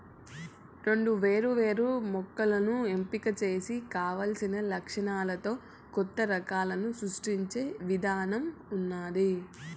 రెండు వేరు వేరు మొక్కలను ఎంపిక చేసి కావలసిన లక్షణాలతో కొత్త రకాలను సృష్టించే ఇధానం ఉన్నాది